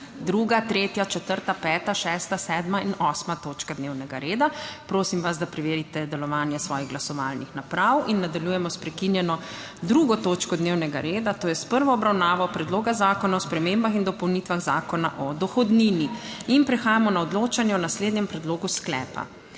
redu 2., 3., 4., 5., 6., 7. in 8. točka dnevnega reda. Prosim vas, da preverite delovanje svojih glasovalnih naprav. In nadaljujemo s **prekinjeno 2. točko dnevnega reda - prva obravnava Predloga zakona o spremembah in dopolnitvah Zakona o dohodnini** in prehajamo na odločanje o naslednjem predlogu sklepa: